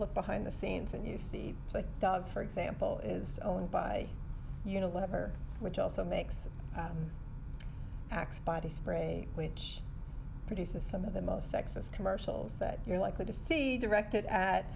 look behind the scenes and you see for example is owned by you know whatever which also makes axe body spray which produces some of the most sexist commercials that you're likely to see directed a